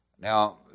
Now